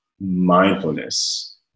mindfulness